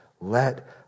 Let